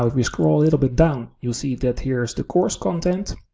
ah we scroll a little bit down, you'll see that here is the course content,